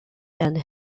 and